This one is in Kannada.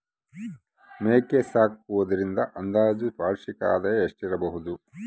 ಮೇಕೆ ಸಾಕುವುದರಿಂದ ಅಂದಾಜು ವಾರ್ಷಿಕ ಆದಾಯ ಎಷ್ಟಿರಬಹುದು?